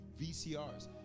VCRs